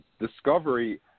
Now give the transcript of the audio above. Discovery